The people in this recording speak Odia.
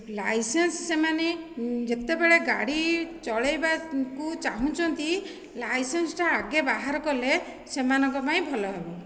ଲାଇସେନ୍ସ ସେମାନେ ଯେତେବେଳେ ଗାଡ଼ି ଚଲାଇବାକୁ ଚାହୁଁଛନ୍ତି ଲାଇସେନ୍ସଟା ଆଗେ ବାହାର କଲେ ସେମାନଙ୍କ ପାଇଁ ଭଲ ହେବ